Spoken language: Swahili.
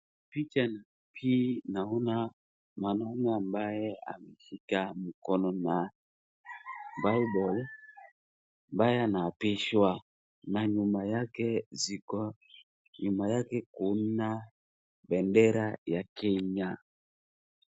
Picha hii naona mwanaume ambaye ameshika mkono na bible ambaye anaapishwa na nyuma yake Kuna bendera ya Kenya.